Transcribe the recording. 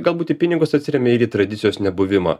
gal būt į pinigus atsiremia ir į tradicijos nebuvimą